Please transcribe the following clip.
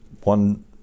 one